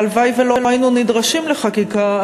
הלוואי שלא היינו נדרשים לחקיקה,